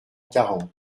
quarante